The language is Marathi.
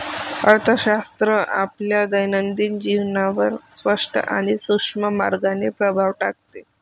अर्थशास्त्र आपल्या दैनंदिन जीवनावर स्पष्ट आणि सूक्ष्म मार्गाने प्रभाव टाकते